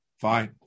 Fine